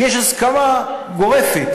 שיש הסכמה גורפת,